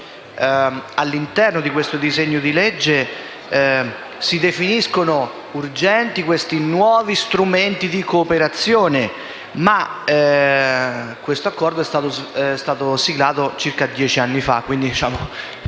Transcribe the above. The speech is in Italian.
all'interno del disegno di legge si definiscono urgenti i nuovi strumenti di cooperazione, ma l'accordo è stato siglato circa dieci anni fa;